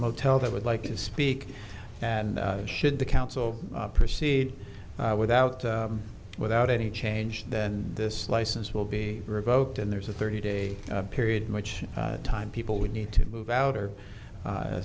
motel that would like to speak and should the council proceed without without any change then this license will be revoked and there's a thirty day period much time people would need to move out or